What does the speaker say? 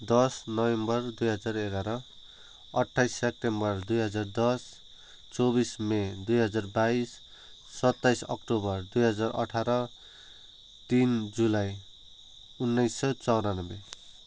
दस नोभेम्बर दुई हजार एघार अठ्ठाइस सेप्टेम्बर दुई हजार दस चौबिस मे दुई हजार बाइस सत्ताइस अक्टोबर दुई हजार अठार तिन जुलाई उन्नाइस सौ चौरानब्बे